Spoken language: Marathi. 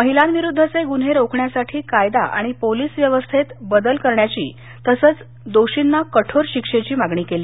महिलांविरुद्धचे गृन्हे रोखण्यासाठी कायदा आणि पोलिस व्यवस्थेत बदल करण्याची तसंच दोषींना कठोर शिक्षेची मागणी केली